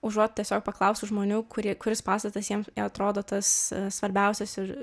užuot tiesiog paklausus žmonių kurie kuris pastatas jiems atrodo tas svarbiausias ir